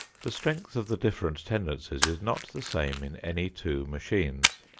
the strength of the different tendencies is not the same in any two machines.